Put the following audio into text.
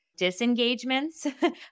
disengagements